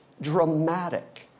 dramatic